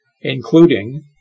including